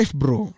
bro